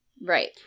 Right